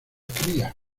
cría